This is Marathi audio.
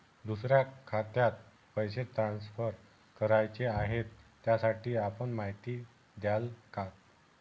दुसऱ्या खात्यात पैसे ट्रान्सफर करायचे आहेत, त्यासाठी आपण माहिती द्याल का?